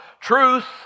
Truth